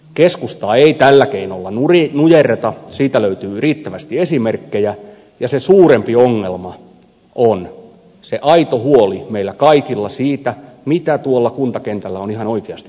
keskustaa ei tällä keinolla nujerreta siitä löytyy riittävästi esimerkkejä ja se suurempi ongelma on se aito huoli meillä kaikilla siitä mitä tuolla kuntakentällä on ihan oikeasti tapahtunut